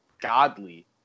godly